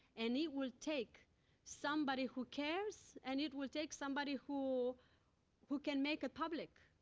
and it will take somebody who cares and it will take somebody who who can make it public.